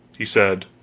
he said